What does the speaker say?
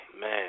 Man